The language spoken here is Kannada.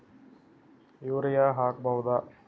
ಯೂರಿಯ ಹಾಕ್ ಬಹುದ?